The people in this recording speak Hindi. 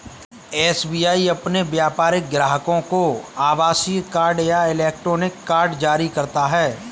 एस.बी.आई अपने व्यापारिक ग्राहकों को आभासीय कार्ड या इलेक्ट्रॉनिक कार्ड जारी करता है